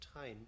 time